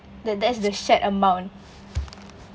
that that's the shared amount